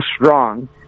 strong